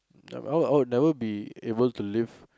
never oh oh never be able to live